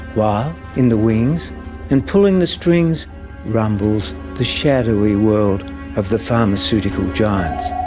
while in the wings and pulling the strings rumbles the shadowy world of the pharmaceutical giants.